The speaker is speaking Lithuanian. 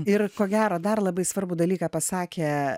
ir ko gero dar labai svarbų dalyką pasakė